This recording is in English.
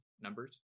numbers